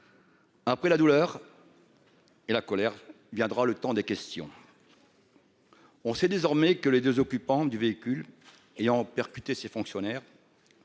Après la douleur. Et la colère, viendra le temps des questions. On sait désormais que les 2 occupants du véhicule ayant percuté ces fonctionnaires.